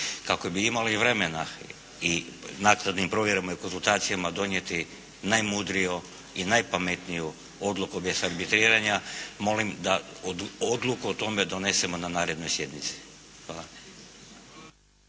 Kako bi imali vremena i naknadnim provjerama i konzultacijama donijeti najmudriju i najpametniju odluku bez arbitriranja molim da odluku o tome donesemo na narednoj sjednici.